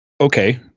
Okay